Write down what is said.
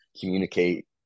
communicate